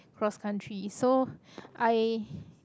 cross country so I